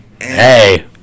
Hey